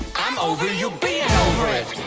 i'm over you being over it.